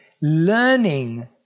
learning